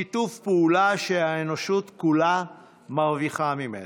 שיתוף פעולה שהאנושות כולה מרוויחה ממנו.